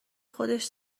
خودش